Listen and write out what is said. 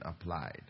applied